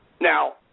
Now